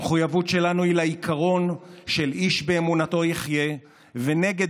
המחויבות שלנו היא לעיקרון של איש באמונתו יחיה ונגד